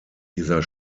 dieser